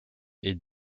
est